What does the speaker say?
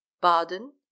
baden